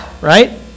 right